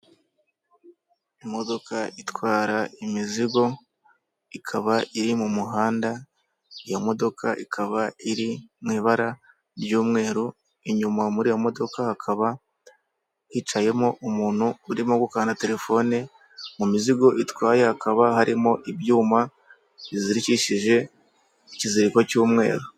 Imodoka itwara imizigo ikaba iri mu muhanda iyo modoka ikaba iriwibara ry'umweru inyuma muri iyo modoka hakaba hicayemo umuntu urimo gu gukora terefone mu mizigo itwaye hakaba harimo ibyuma bizirikishije ikiziriko cy'umweru.